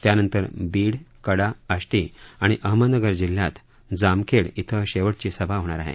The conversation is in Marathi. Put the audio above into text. त्यानंतर बीड कडा आष्टी आणि अहमदनगर जिल्ह्यात जामखेड इथं शेवटची सभा होणार आहे